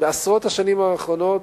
בעשרות השנים האחרונות,